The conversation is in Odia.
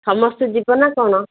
ସମସ୍ତେ ଯିବ ନା କ'ଣ